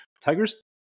Tiger's